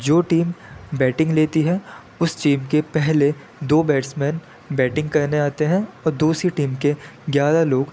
جو team batting لیتی ہے اس ٹیم کے پہلے دو بیٹس مین بیٹنگ کرنے آتے ہیں اور دوسری ٹیم کے گیارہ لوگ